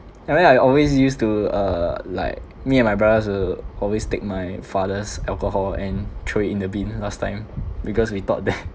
and then I always used to uh like me and my brothers will always take my father's alcohol and throw it in the bin last time because we thought that